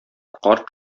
карт